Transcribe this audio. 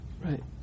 Right